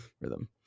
rhythm